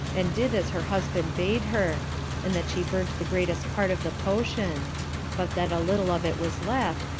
and did as her husband bade her and that she burnt the greatest part of the potion but that a little of it was left,